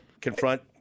confront